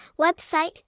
Website